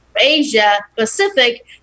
Asia-Pacific